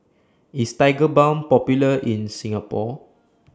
IS Tigerbalm Popular in Singapore